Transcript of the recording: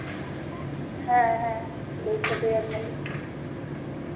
ᱦᱮᱸ ᱦᱮᱸ ᱞᱟᱹᱭ ᱥᱟᱰᱮ ᱟᱠᱚᱣᱟᱞᱤᱧ